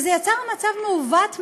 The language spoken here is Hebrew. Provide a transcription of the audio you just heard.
וזה יצר מצב מעוות משהו,